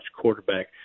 quarterback